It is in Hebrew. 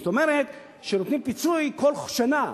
זאת אומרת שנותנים פיצוי כל שנה,